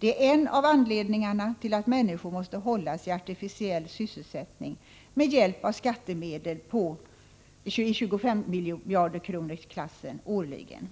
Det är en av anledningarna till att människor måste hållas i artificiell sysselsättning med hjälp av skattemedel i 25 miljarderkronorsklassen årligen.